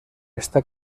está